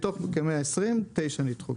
מתוך כ-120 תשעה נדחו,